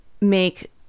make